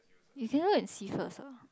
see first ah